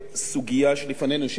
שאלת הדיבידנדים הכלואים,